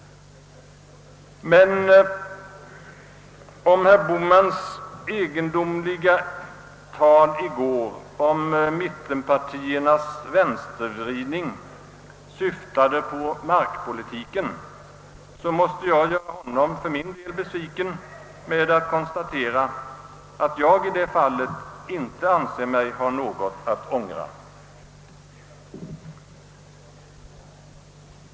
Om herr Bohmans egendomliga tal i går om mittenpartiernas vänstervridning syftade på markpolitiken, måste jag för min del göra honom besviken med att konstatera, att jag i det fallet inte anser mig ha något att ångra.